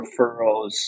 referrals